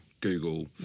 Google